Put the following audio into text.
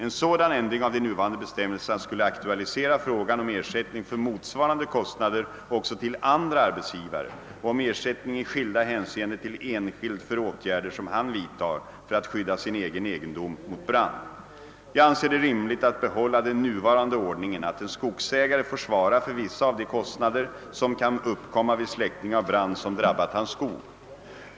En sådan ändring av de nuvarande bestämmelserna skulle aktualisera frågan öm ersättning för motsvarande kostnader också till andra arbetsgivare och om ersättning i skilda hänseenden till enskild för åtgärder som han vidtar för att skydda sin egendom mot brand. Jag anser det rimligt att behålla den nuvarande ordningen att en skogsägare får svara för vissa av de kostnader som kan uppkomma vid släckning av brand som drabbat hans skog.